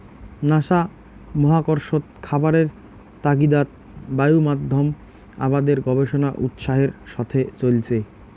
NASA মহাকর্ষত খাবারের তাগিদাত বায়ুমাধ্যম আবাদের গবেষণা উৎসাহের সথে চইলচে